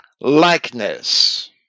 likeness